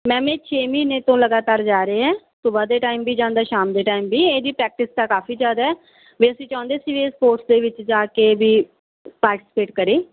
ma'am ਇਹ ਛੇ ਮਹੀਨੇ ਤੋਂ ਲਗਾਤਾਰ ਜਾ ਰਿਹਾ ਹੈ ਸੁਭਾਹ ਦੇ ਟਾਈਮ ਵੀ ਜਾਂਦਾ ਸ਼ਾਮ ਦੇ ਟਾਈਮ ਵੀ ਇਹਦੀ ਪ੍ਰੈਕਟਿਸ ਤਾਂ ਕਾਫੀ ਜ਼ਿਆਦਾ ਹੈ ਵੀ ਅਸੀਂ ਚਾਹੁੰਦੇ ਸੀ ਵੀ ਇਹ ਸਪੋਰਟਸ ਦੇ ਵਿੱਚ ਜਾ ਕੇ ਵੀ ਪਾਰਟੀਸਪੇਟ ਕਰੇ